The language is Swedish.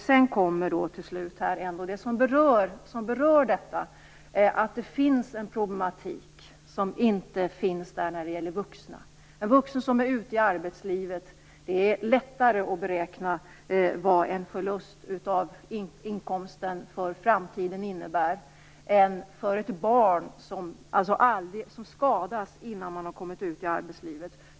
Senare i svaret kommer det som berör den här frågan, nämligen att det finns en problematik som inte gäller de vuxna. Det är lättare att beräkna vad en förlust av framtida inkomst innebär för en vuxen som är ute i arbetslivet än för ett barn som skadas innan det kommit ut i arbetslivet.